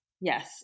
Yes